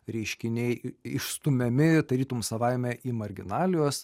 reiškiniai išstumiami tarytum savaime į marginalijos